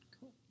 cool